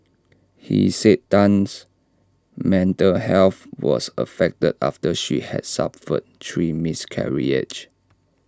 he said Tan's mental health was affected after she had suffered three miscarriages